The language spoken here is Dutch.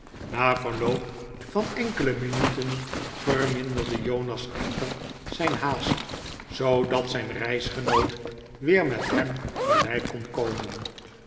na verloop van enkele minuten verminderde jonas echter zijn haast zoodat zijn reisgenoot weer met hem gelijk kon komen